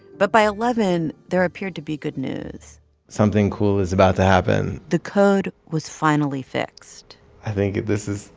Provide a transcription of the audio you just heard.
but by eleven, there appeared to be good news something cool is about to happen the code was finally fixed i think this is